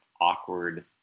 awkward